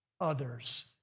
others